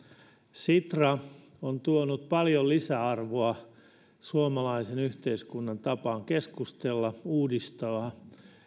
sitra on tuonut paljon lisäarvoa suomalaisen yhteiskunnan tapaan keskustella uudistaa